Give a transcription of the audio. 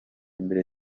imbere